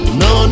no